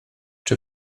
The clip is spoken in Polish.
czy